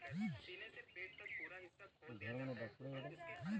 যে মাঠে গবাদি পশুদের পর্যাবৃত্তিমূলক ভাবে চরাল হ্যয়